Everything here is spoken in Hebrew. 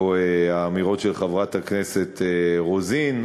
או האמירות של חברת הכנסת רוזין.